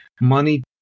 money